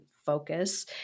Focus